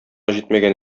җитмәгән